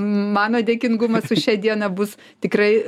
mano dėkingumas už šią dieną bus tikrai